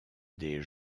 des